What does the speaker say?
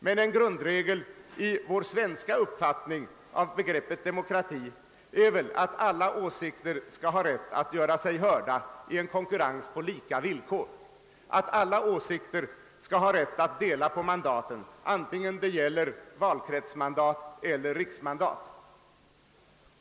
Men en grundregel i vår svenska uppfattning av begreppet demokrati är väl, att alla åsikter skall ha rätt att göra sig hörda i konkurrens på lika villkor, att alla åsiktsriktningar skall ha rätt att dela på mandaten, vare sig det gäller valkretsmandat eller riksmandat.